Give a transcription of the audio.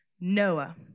Noah